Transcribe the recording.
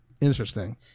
Interesting